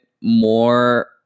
more